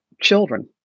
children